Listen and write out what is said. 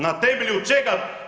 Na temelju čega?